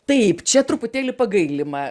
taip čia truputėlį pagailima